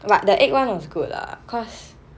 but the egg one was good lah cause